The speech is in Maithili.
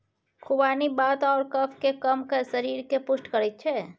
खुबानी वात आओर कफकेँ कम कए शरीरकेँ पुष्ट करैत छै